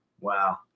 Wow